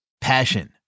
Passion